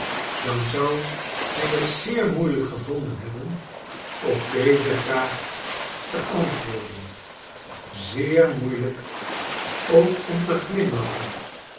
dan zou hij het zeer moeilijk gevonden hebben op deze vraag te antwoorden zeer moeilijk ook om te glimlachen